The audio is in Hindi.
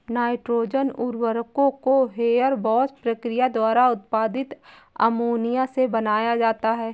नाइट्रोजन उर्वरकों को हेबरबॉश प्रक्रिया द्वारा उत्पादित अमोनिया से बनाया जाता है